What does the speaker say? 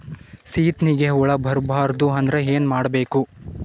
ಸೀತ್ನಿಗೆ ಹುಳ ಬರ್ಬಾರ್ದು ಅಂದ್ರ ಏನ್ ಮಾಡಬೇಕು?